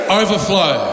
overflow